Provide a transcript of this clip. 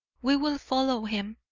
we will follow him.